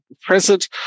present